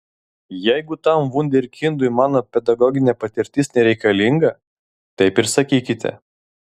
jeigu tam vunderkindui mano pedagoginė patirtis nereikalinga taip ir sakykite